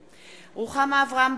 (קוראת בשמות חברי הכנסת) רוחמה אברהם-בלילא,